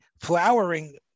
flowering